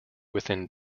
within